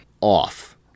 off